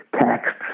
texts